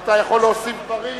אתה יכול להוסיף דברים,